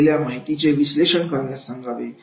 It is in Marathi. दिलेल्या माहितीचे विश्लेषण करण्यास सांगावे